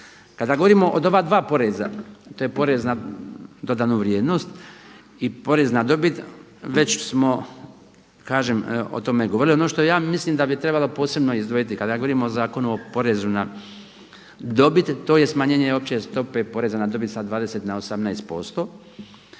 Kada govorimo o ova dva poreza to je porez na dodanu vrijednost i porez na dobit već smo kažem o tome govorili. Ono što ja mislim da bi trebalo posebno izdvojiti kada govorimo o Zakonu o porezu na dobit to je smanjenje opće stope poreza na dobit sa 20 na 18%.